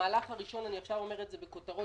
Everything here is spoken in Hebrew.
המהלך הראשון עכשיו אני אומר את זה בכותרות,